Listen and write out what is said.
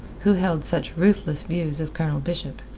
who held such ruthless views as colonel bishop.